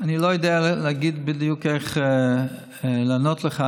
אני לא יודע בדיוק איך לענות לך.